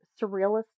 surrealist